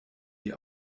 die